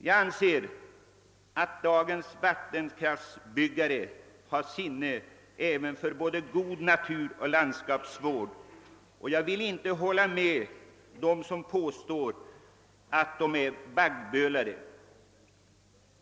Jag anser att dagens vattenkraftbyggare har sinne både för god natur och landskapsvård. Jag vill inte hålla med dem som påstår att de utgöres av »baggbölare».